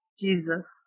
Jesus